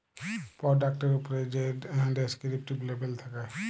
পরডাক্টের উপ্রে যে ডেসকিরিপ্টিভ লেবেল থ্যাকে